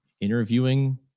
interviewing